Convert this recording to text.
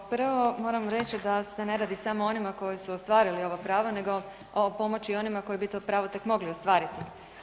Kao prvo moram reći da se ne radi samo o onima koji su ostvarili ovo pravo nego o pomoći onima koji bi to pravo tek mogli ostvariti.